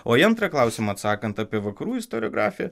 o į antrą klausimą atsakant apie vakarų istoriografiją